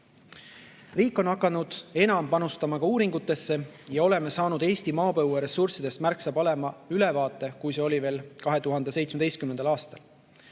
Riik on hakanud enam panustama uuringutesse ja oleme saanud Eesti maapõueressurssidest märksa parema ülevaate, kui see oli veel 2017. aastal.